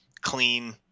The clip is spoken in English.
clean